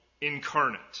incarnate